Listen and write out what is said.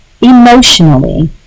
Emotionally